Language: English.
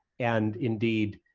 and indeed,